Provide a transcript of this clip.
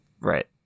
Right